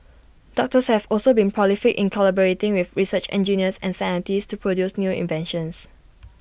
doctors have also been prolific in collaborating with research engineers and scientists to produce new inventions